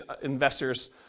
investors